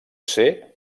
ser